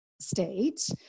state